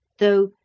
though,